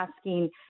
asking